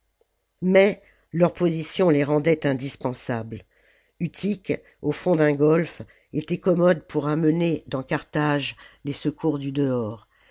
mais leur position les rendait indispensables utique au fond d'un golfe était commode pour amener dans carthage les secours du dehors